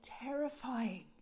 terrifying